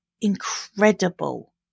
incredible